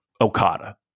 okada